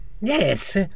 Yes